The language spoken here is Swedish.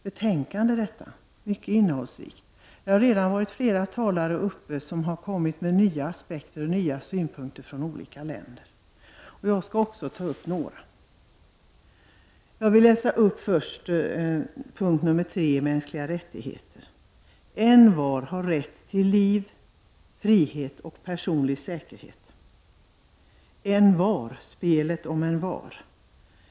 Detta är ett mycket innehållsrikt betänkande. Flera talare har redan kommit med nya aspekter och synpunkter från olika länder, och jag skall också ta upp några. Först vill jag läsa upp punkt 3 i deklarationen om mänskliga rättigheter: ”Envar har rätt till liv, frihet och personlig säkerhet.” Envar — spelet om Envar!